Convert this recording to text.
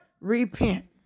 Repent